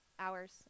hours